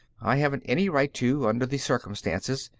i haven't any right to, under the circumstances.